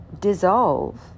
dissolve